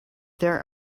there